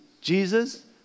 Jesus